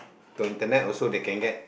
the internet also they can get